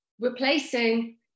replacing